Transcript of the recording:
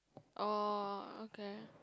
oh ok